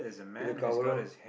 with a coverall